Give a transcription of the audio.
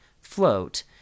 float